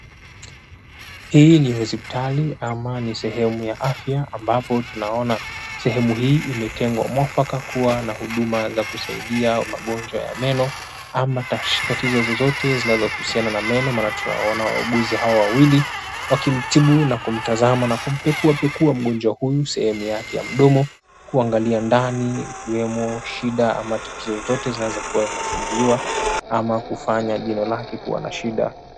Hii ni hospitali ama ni seemu ya afya ambapo tunaona sehemu hii imetengwa mwafaka kuwa na huduma za kusaidia magonjwa ya meno ama tatizo zozote zinazohusiana na meno maana tunaona wauguzi hawa wawili wakimtibu na kumtazama na kumpekua pekua mgonjwa huyu sehemu yake ya mdomo kuangalia ndani ikiwemo shida ama tatizo zozote zinaweza kuwa zinafumbuliwa ama kufanya jino lake kuwa na shida.